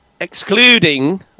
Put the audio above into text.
excluding